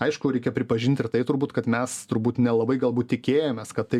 aišku reikia pripažint ir tai turbūt kad mes turbūt nelabai galbūt tikėjomės kad tai